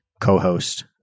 co-host